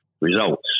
results